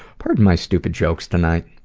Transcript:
pardon my stupid jokes tonight.